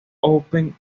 open